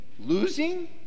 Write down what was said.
Losing